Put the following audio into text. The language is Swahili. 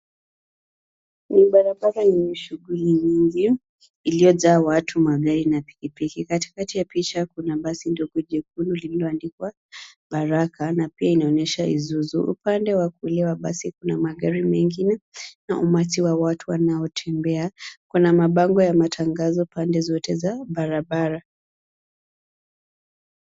Barabara yenye shughuli nyingi iliyojaa watu, magari na pikipiki. Katikati ya picha kuna basi dogo jekundu lililoandikwa baraka na pia inaonyesha isuzu. Upande wa kulia wa basi kuna magari mengine na umati wa watu wanaotembea. Kuna mabango ya matangazo pande zote za barabara.